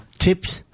tips